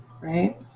right